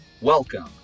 Welcome